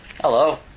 Hello